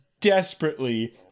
desperately